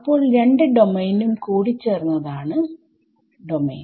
അപ്പോൾ രണ്ട് ഡോമെയിൻ നും കൂടിചേർന്നതാണ് ഡോമെയിൻ